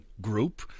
group